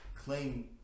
claim